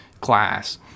class